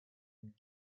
and